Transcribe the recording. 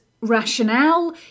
rationale